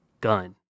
gun